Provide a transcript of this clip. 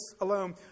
alone